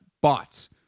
bots